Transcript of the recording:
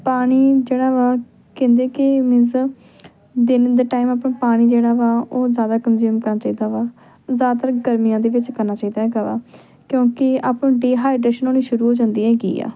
ਪਾਣੀ ਜਿਹੜਾ ਵਾ ਕਹਿੰਦੇ ਕਿ ਮੀਨਜ਼ ਦਿਨ ਦੇ ਟਾਈਮ ਆਪਾਂ ਪਾਣੀ ਜਿਹੜਾ ਵਾ ਉਹ ਜ਼ਿਆਦਾ ਕੰਨਜਿਊਮ ਕਰਨਾ ਚਾਹੀਦਾ ਵਾ ਜ਼ਿਆਦਾਤਰ ਗਰਮੀਆਂ ਦੇ ਵਿੱਚ ਕਰਨਾ ਚਾਹੀਦਾ ਹੈਗਾ ਵਾ ਕਿਉਂਕਿ ਆਪਾਂ ਨੂੰ ਡੀਹਾਈਡ੍ਰੇਸ਼ਨ ਹੋਣੀ ਸ਼ੁਰੂ ਹੋ ਜਾਂਦੀ ਹੈਗੀ ਆ